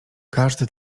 każdy